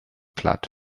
platt